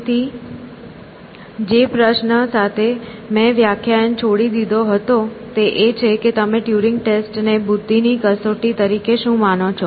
તેથી જે પ્રશ્ન સાથે મેં વ્યાખ્યાયન છોડી દીધો હતો તે એ છે કે તમે ટ્યુરિંગ ટેસ્ટ ને બુદ્ધિની કસોટી તરીકે શું માનો છો